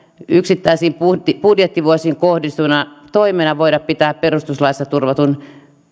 yksittäisiin budjettivuosiin kohdistuvana toimena voida pitää perustuslaissa turvatun